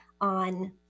on